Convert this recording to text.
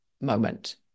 moment